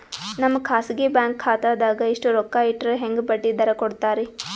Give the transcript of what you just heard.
ನಮ್ಮ ಖಾಸಗಿ ಬ್ಯಾಂಕ್ ಖಾತಾದಾಗ ಎಷ್ಟ ರೊಕ್ಕ ಇಟ್ಟರ ಹೆಂಗ ಬಡ್ಡಿ ದರ ಕೂಡತಾರಿ?